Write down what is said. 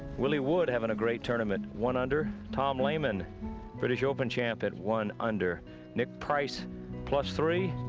willie wood having a great tournament. one under tom lehman british open champ at one under nick price plus three.